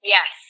Yes